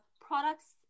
products